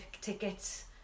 tickets